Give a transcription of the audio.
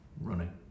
running